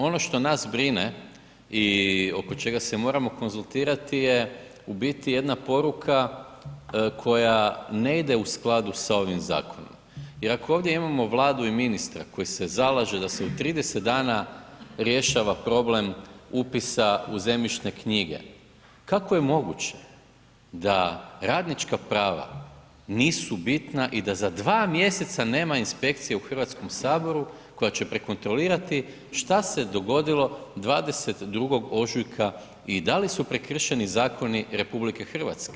Ono što nas brine i oko čega se moramo konzultirati je u biti jedna poruka koja ne ide u skladu sa ovim zakonom jer ako ovdje imamo Vladu i ministra koji se zalaže da se u 30 dana rješava problem upisa u zemljišne knjige, kako je moguće da radnička prava nisu bitna i da za dva mjeseca nema inspekcije u HS-u koja će prekontrolirati što se je dogodilo 22. ožujka i da li su prekršeni zakoni RH?